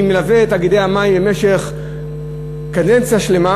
אני מלווה את תאגידי המים במשך קדנציה שלמה.